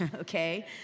okay